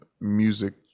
music